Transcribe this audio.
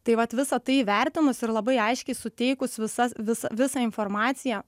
tai vat visa tai įvertinus ir labai aiškiai suteikus visas visą visą informaciją